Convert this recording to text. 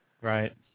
Right